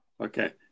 Okay